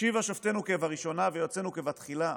"השיבה שופטינו כבראשונה ויועצינו כבתחלה",